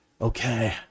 okay